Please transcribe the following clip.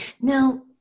now